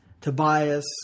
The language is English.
Tobias